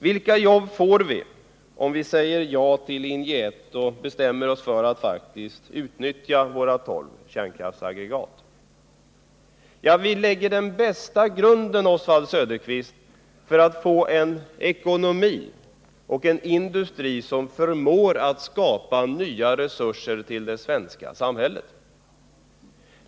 Vilka jobb får vi om vi säger ja till linje I och bestämmer oss för att faktiskt utnyttja våra tolv kärnkraftsaggregat? Ja, vi lägger den bästa grunden, Oswald Söderqvist, för en ekonomi och en industri som förmår skapa nya resurser till det svenska samhället.